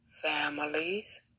families